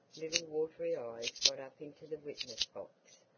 little, watery eyes got up into the witness-box.